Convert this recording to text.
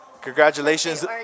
Congratulations